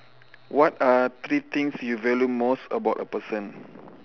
what are three things you value most about a person